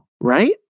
right